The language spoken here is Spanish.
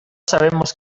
sabemos